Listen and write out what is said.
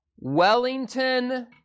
Wellington